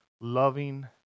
loving